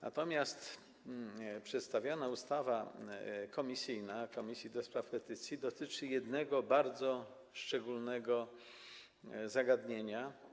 Natomiast przedstawiana ustawa komisyjna, ustawa Komisji do Spraw Petycji, dotyczy jednego, bardzo szczególnego zagadnienia.